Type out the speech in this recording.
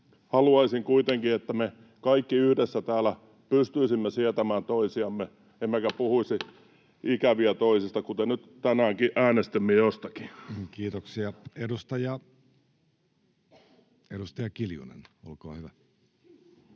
että me kaikki yhdessä täällä pystyisimme sietämään toisiamme, emmekä puhuisi ikäviä toisista, kuten nyt tänäänkin äänestimme jostakin. Kiitoksia. — Edustaja Kiljunen, olkaa hyvä.